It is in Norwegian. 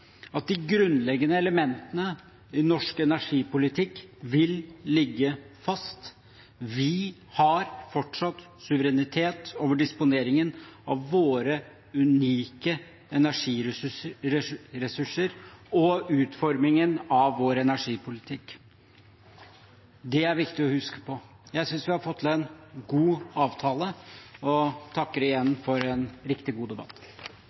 at de grunnleggende elementene i norsk energipolitikk vil ligge fast. Vi har fortsatt suverenitet over disponeringen av våre unike energiressurser og utformingen av vår energipolitikk. Det er viktig å huske på. Jeg synes vi har fått til en god avtale og takker igjen for en riktig god debatt.